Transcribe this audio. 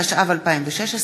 התשע"ו 2016,